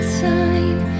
time